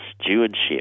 stewardship